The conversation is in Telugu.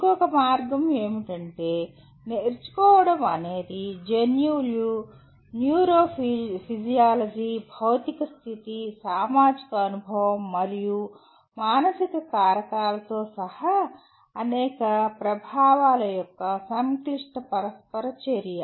ఇంకొక మార్గం ఏమిటంటే నేర్చుకోవడం అనేది జన్యువులు న్యూరోఫిజియాలజీ భౌతిక స్థితి సామాజిక అనుభవం మరియు మానసిక కారకాలతో సహా అనేక ప్రభావాల యొక్క సంక్లిష్ట పరస్పర చర్య